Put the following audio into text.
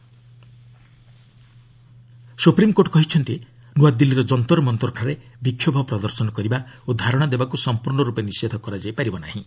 SC Jantar Mantar supreme court କହିଛନ୍ତି ନୂଆଦିଲ୍ଲୀର ଯନ୍ତର୍ ମନ୍ତର୍ଠାରେ ବିକ୍ଷୋଭ ପ୍ରଦର୍ଶନ କରିବା ଓ ଧାରଣା ଦେବାକୁ ସମ୍ପର୍ଣ୍ଣରୂପେ ନିଷେଧ କରାଯାଇ ପାରିବ ନାହିଁ